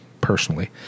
personally